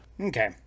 Okay